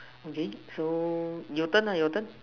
okay so your turn lah your turn